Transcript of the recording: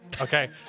Okay